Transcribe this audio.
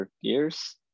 years